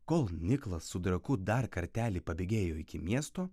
kol niklas su draku dar kartelį pabėgėjo iki miesto